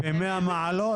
ב-100 מעלות?